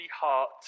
heart